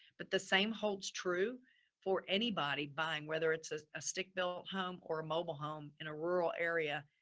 but the same holds true for anybody buying, whether it's ah a stick-built home or a mobile home in a rural area,